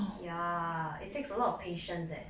ya it takes a lot of patience eh